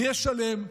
מי ישלם?